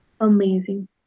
Amazing